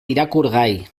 irakurgai